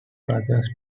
brothers